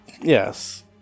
Yes